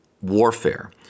warfare